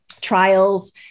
trials